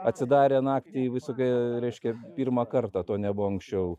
atsidarę naktį visokie reiškia pirmą kartą to nebuvo anksčiau